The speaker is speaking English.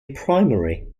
primary